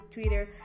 Twitter